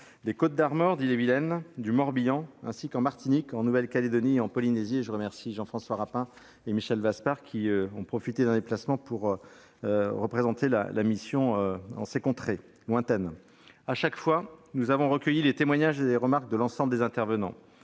des Côtes-d'Armor, d'Ille-et-Vilaine, du Morbihan, ainsi qu'en Martinique, en Nouvelle-Calédonie et en Polynésie française. À ce titre, je remercie Jean-François Rapin et Michel Vaspart qui, à la faveur d'un déplacement, ont représenté notre mission en ces contrées lointaines. À chaque fois, nous avons recueilli les témoignages et les remarques de l'ensemble des intervenants